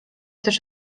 też